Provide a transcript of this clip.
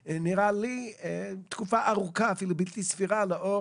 זה נראה לי תקופה ארוכה ובלתי סבירה לאור